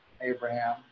Abraham